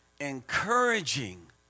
encouraging